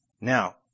Now